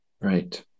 Right